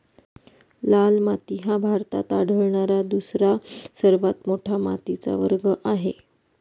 लाल माती हा भारतात आढळणारा दुसरा सर्वात मोठा मातीचा वर्ग आहे